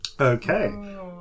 Okay